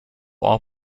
all